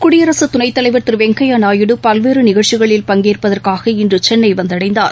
குடியரசு துணைத் தலைவர் திரு வெங்கய்யா நாயுடு பல்வேறு நிகழ்ச்சிகளில் பங்கேற்பதற்காக இன்று சென்னை வந்தடைந்தார்